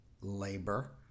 labor